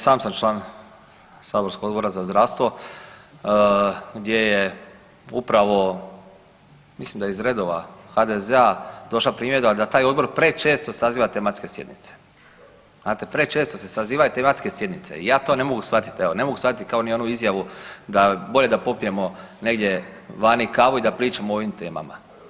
I sam sam član saborskog Odbora za zdravstvo gdje je upravo mislim da je iz redova HDZ-a došla primjedba da taj odbor prečesto saziva tematske sjednice, znate prečesto se sazivaju tematske sjednice i ja to ne mogu shvatit, evo ne mogu shvatit, kao ni onu izjavu da bolje da popijemo negdje vani kavu i da pričamo o ovim temama.